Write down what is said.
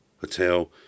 Hotel